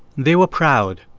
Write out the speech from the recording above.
they were proud.